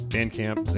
Bandcamp